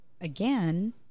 again